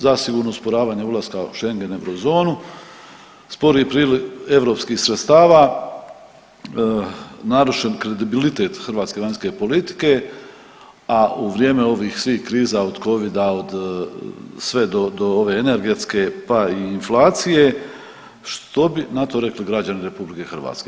Zasigurno osporavanje ulaska u Schengen i eurozonu, sporiji priliv europskih sredstava, narušen kredibilitet hrvatske vanjske politike, a u vrijeme ovih svih kriza od Covida, od sve do ove energetske pa i inflacije što bi na to rekli građani RH?